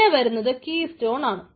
പിന്നെ വരുന്നത് കീസ്റ്റോൺ ആണ്